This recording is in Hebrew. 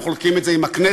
אנחנו חולקים את זה עם הכנסת,